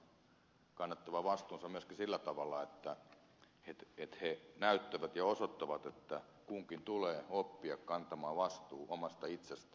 minun mielestäni vanhempien on kannettava vastuunsa myöskin sillä tavalla että he näyttävät ja osoittavat että kunkin tulee oppia kantamaan vastuu omasta itsestään